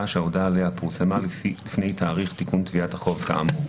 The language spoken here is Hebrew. שההודעה עליה פורסמה לפני תאריך תיקון תביעת החוב כאמור.